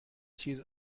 چیز